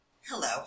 Hello